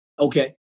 Okay